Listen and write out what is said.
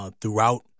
throughout